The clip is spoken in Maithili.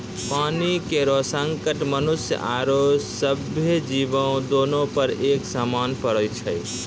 पानी केरो संकट मनुष्य आरो सभ्भे जीवो, दोनों पर एक समान पड़ै छै?